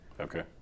Okay